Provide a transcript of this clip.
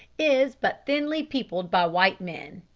is but thinly peopled by white men,